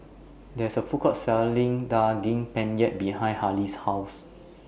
There IS A Food Court Selling Daging Penyet behind Hailee's House